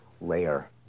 layer